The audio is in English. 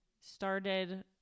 started